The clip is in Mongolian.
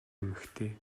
эмэгтэй